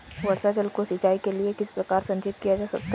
वर्षा जल को सिंचाई के लिए किस प्रकार संचित किया जा सकता है?